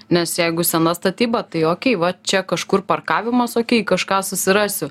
nes jeigu sena statyba tai okei va čia kažkur parkavimas okei kažką susirasiu